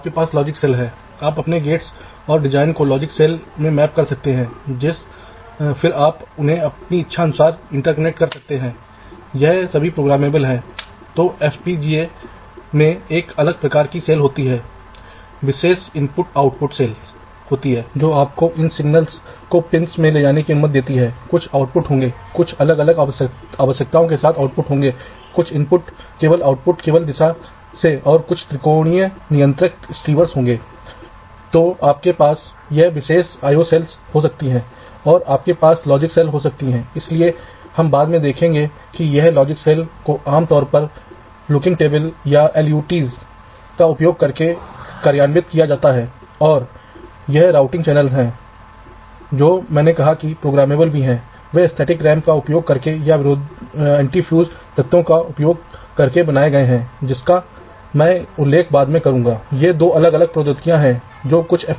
तो यहाँ मैंने कुछ इस तरह से दिखाया है यह दो समानांतर VDD और ग्राउंड हैं जो मैं यहाँ दिखा रहा हूँ मैंने आरेख में दिखाया है कि वे एक जगह से आ रहे हैं लेकिन आप इसे इस तरह से भी कर सकते हैं यहाँ देखें क्योंकि मैंने उन्हें एक तरफ से जोड़ने का प्रयास किया है इसलिए मुझे एक और परत की आवश्यकता है और मुझे तार कनेक्शन की आवश्यकता है लेकिन क्या होगा अगर मुझे लगता है कि मैं एक तरफ से वीडीडी को फीड करूं और दूसरी तरफ से जमीन तो क्या मुझे इस तरह के कनेक्शन की आवश्यकता है तब मुझे इस अलग परत की आवश्यकता नहीं है